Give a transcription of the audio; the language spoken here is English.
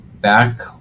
Back